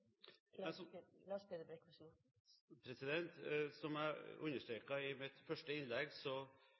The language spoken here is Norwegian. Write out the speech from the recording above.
Som jeg understreket i mitt første innlegg,